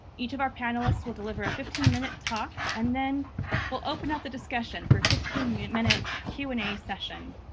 each of our panelists will deliver a fifteen minute talk, and then we'll open up the discussion for a fifteen minute minute q and a session,